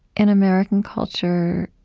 in american culture,